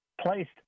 placed